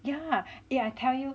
yeah eh I tell you